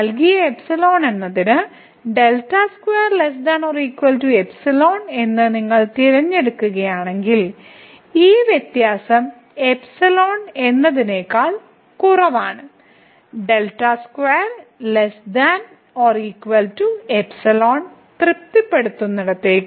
നൽകിയ എന്നതിന് എന്ന് നിങ്ങൾ തിരഞ്ഞെടുക്കുകയാണെങ്കിൽ ഈ വ്യത്യാസം ϵ എന്നതിനേക്കാൾ കുറവാ തൃപ്തിപ്പെടുത്തുന്ന δ ക്ക്